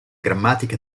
grammatica